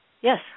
Yes